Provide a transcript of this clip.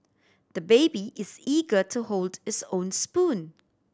the baby is eager to hold his own spoon